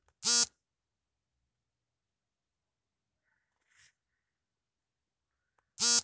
arrowroot ಅನ್ನೋದು ಹಲ್ವಾರು ಉಷ್ಣವಲಯದ ಸಸ್ಯಗಳ ಮೂಲಕಾಂಡದಿಂದ ಪಡೆದಂತ ಪಿಷ್ಟವಾಗಯ್ತೆ